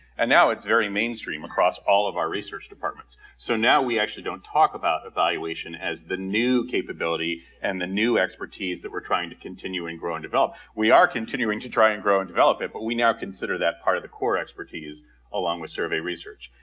and now it's very mainstream across all of our research departments. so now we actually don't talk about evaluation as the new capability and the new expertise that we're trying to continue and grow and develop. we are continuing to try and grow and develop it, but we now consider that part of the core expertise along with survey research.